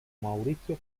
maurizio